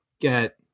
get